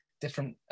different